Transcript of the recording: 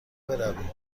برویم